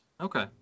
Okay